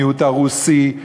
המיעוט הרוסי,